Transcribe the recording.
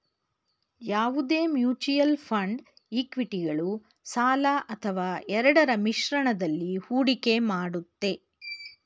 ಯಾವುದೇ mutual fund ಇಕ್ವಿಟಿಗಳು ಸಾಲ ಅಥವಾ ಎರಡರ ಮಿಶ್ರಣದಲ್ಲಿ ಹೂಡಿಕೆ ಮಾಡುತ್ತೆ